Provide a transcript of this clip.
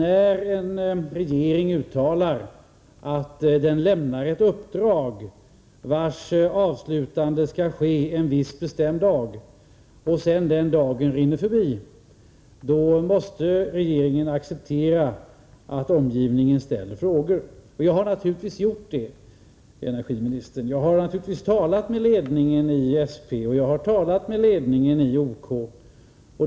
När en regering uttalar att den lämnar ett uppdrag, vars avslutande skall ske en viss bestämd dag och den dagen sedan rinner förbi, måste regeringen acceptera att omgivningen ställer frågor. Jag har naturligtvis ställt frågor, energiministern. Jag har talat med SP:s ledning och med OK:s ledning.